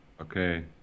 okay